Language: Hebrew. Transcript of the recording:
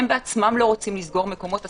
הם בעצמם לא רוצים לסגור מקומות עסקים,